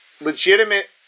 legitimate